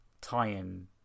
tie-in